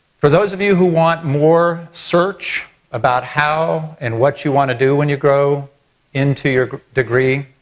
for those of you who want more search about how and what you want to do when you grow into your degree,